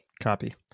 Copy